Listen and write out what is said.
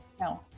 No